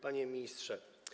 Panie Ministrze!